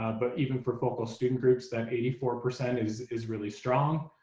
but even for focal student groups that eighty four percent is is really strong.